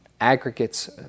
aggregates